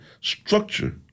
structure